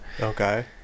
Okay